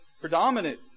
predominant